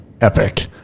epic